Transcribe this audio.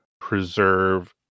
preserve